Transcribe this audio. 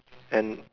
and